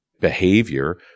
behavior